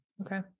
Okay